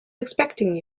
expecting